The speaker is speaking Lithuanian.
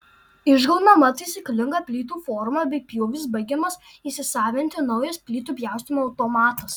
išgaunama taisyklinga plytų forma bei pjūvis baigiamas įsisavinti naujas plytų pjaustymo automatas